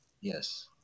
yes